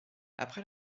après